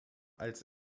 als